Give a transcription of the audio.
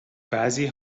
بعضی